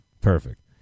Perfect